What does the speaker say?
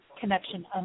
connection